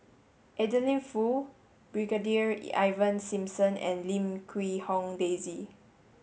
Adeline Foo Brigadier Ivan Simson and Lim Quee Hong Daisy